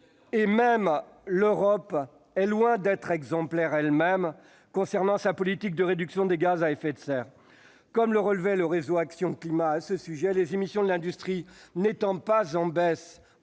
! Même l'Europe est loin d'être exemplaire concernant sa politique de réduction de gaz à effet de serre. Comme le relevait le Réseau Action Climat à ce sujet, les émissions de l'industrie n'étant pas en baisse